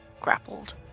Grappled